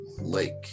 lake